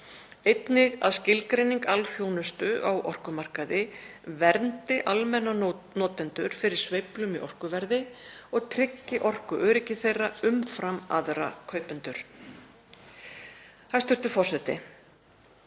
Einnig að skilgreining alþjónustu á orkumarkaði verndi almenna notendur fyrir sveiflum í orkuverði og tryggi orkuöryggi þeirra umfram aðra kaupendur. Hæstv. forseti.